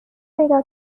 پیدا